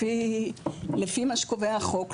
לפי מה שקובע החוק,